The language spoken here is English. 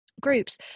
groups